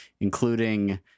including